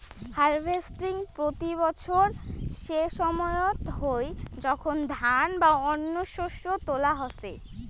harvesting প্রতি বছর সেসময়ত হই যখন ধান বা অন্য শস্য তোলা হসে